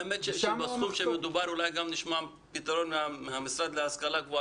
האמת שבסכום שמדובר - אולי גם נשמע פתרון מהמשרד להשכלה גבוהה,